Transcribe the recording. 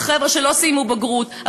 של חבר'ה שלא סיימו בגרות,